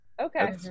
Okay